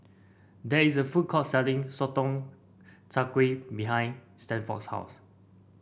there is a food court selling Sotong Char Kway behind Stanford's house